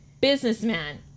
businessman